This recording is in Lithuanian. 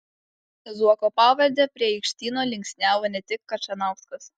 zuoko pavardę prie aikštyno linksniavo ne tik kačanauskas